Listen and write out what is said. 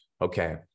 okay